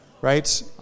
Right